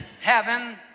heaven